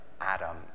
Adam